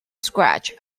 scratch